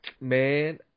man